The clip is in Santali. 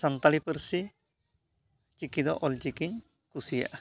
ᱥᱟᱱᱛᱟᱲᱤ ᱯᱟᱹᱨᱥᱤ ᱪᱤᱠᱤ ᱫᱚ ᱚᱞᱪᱤᱠᱤᱧ ᱠᱩᱥᱤᱭᱟᱜᱼᱟ